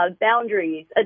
boundaries